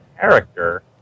Character